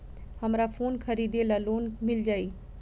हमरा फोन खरीदे ला लोन मिल जायी?